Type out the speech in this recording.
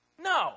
No